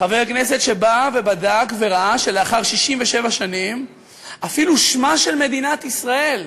חבר כנסת שבא ובדק וראה שלאחר 67 שנים אפילו שמה של מדינת ישראל,